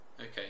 Okay